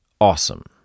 awesome